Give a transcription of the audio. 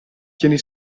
tieni